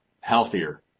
healthier